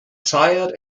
tired